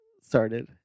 started